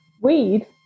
Weed